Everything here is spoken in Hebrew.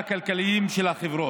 תתנהג אליה בכבוד.